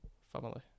family